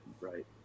right